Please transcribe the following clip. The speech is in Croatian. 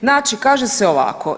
Znači kaže se ovako.